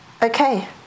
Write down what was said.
Okay